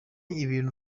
ibintu